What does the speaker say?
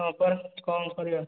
ହଁ ପା କଣ କରିବା